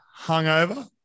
hungover